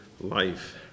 life